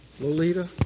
Lolita